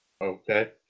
Okay